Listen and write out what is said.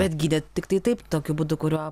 bet gydėt tiktai taip tokiu būdu kuriuo